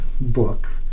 book